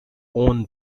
own